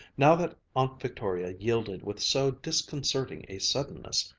now that aunt victoria yielded with so disconcerting a suddenness,